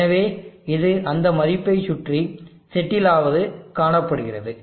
எனவே இது அந்த மதிப்பைச் சுற்றி செட்டில் ஆவது காணப்படுகிறது